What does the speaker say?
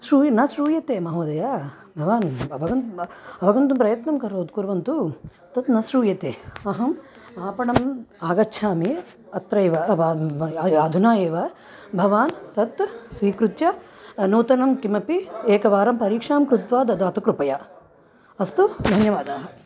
श्रूय् न श्रूयते महोदय भवान् अवगन् अवगन्तुं प्रयत्नं करोत् कुर्वन्तु तत् न श्रूयते अहम् आपणम् आगच्छामि अत्रैव अधुना एव भवान् तत् स्वीकृत्य नूतनं किमपि एकवारं परीक्षां कृत्वा ददातु कृपया अस्तु धन्यवादाः